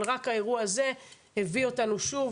אבל רק האירוע הזה הביא אותנו שוב,